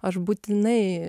aš būtinai